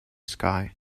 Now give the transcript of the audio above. sky